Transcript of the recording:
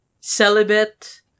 celibate